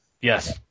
Yes